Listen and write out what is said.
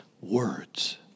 words